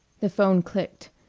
the phone clicked.